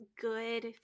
good